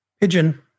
Pigeon